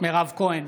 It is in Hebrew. מירב כהן,